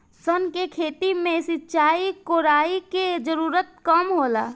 सन के खेती में सिंचाई, कोड़ाई के जरूरत कम होला